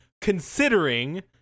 considering